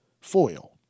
foil